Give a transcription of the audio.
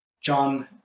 John